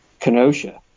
kenosha